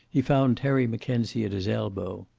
he found terry mackenzie at his elbow.